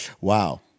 wow